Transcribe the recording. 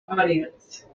audience